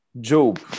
Job